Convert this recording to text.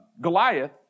Goliath